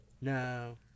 no